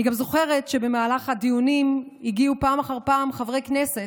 אני גם זוכרת שבמהלך הדיונים הגיעו פעם אחר פעם חברי כנסת,